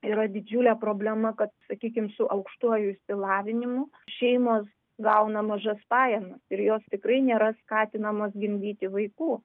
yra didžiulė problema kad sakykim su aukštuoju išsilavinimu šeimos gauna mažas pajamas ir jos tikrai nėra skatinamos gimdyti vaikų